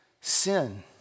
sin